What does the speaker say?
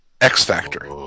X-Factor